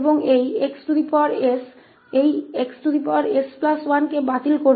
और यह xs इस xs1 को रद्द कर देगा